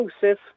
Joseph